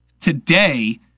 today